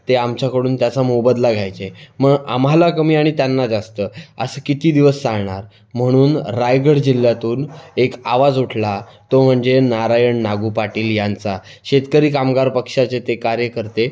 ते आमच्याकडून त्याचा मोबदला घ्यायचे मग आम्हाला कमी आणि त्यांना जास्त असं किती दिवस चालणार म्हणून रायगड जिल्ह्यातून एक आवाज उठला तो म्हणजे नारायण नागू पाटील यांचा शेतकरी कामगार पक्षाचे ते कार्यकर्ते